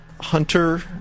Hunter